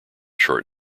short